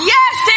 Yes